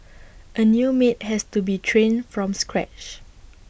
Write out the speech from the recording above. A new maid has to be trained from scratch